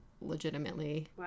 legitimately